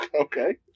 Okay